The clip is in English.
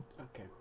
Okay